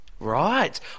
Right